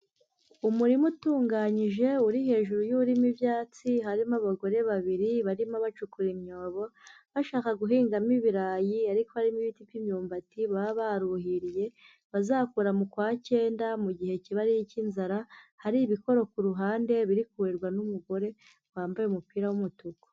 Umurima utunganyije uri hejuru y'urimo ibyatsi, harimo abagore babiri barimo bacukura imyobo bashaka guhingamo ibirayi ariko harimo ibiti by'imyumbati baba baruhiriye bazakura mu kwa cyenda mu gihe kiba ari icy'inzara, hari ibikoro ku ruhande biri kuhirwa n'umugore wambaye umupira w'umutuku.